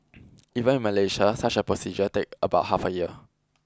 even in Malaysia such a procedure take about half a year